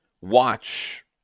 watch